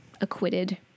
acquitted